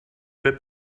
bit